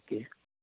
okay